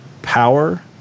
power